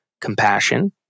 compassion